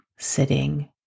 sitting